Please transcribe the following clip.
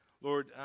Lord